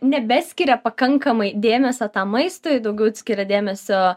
nebeskiria pakankamai dėmesio tam maistui daugiau skiria dėmesio